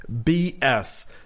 bs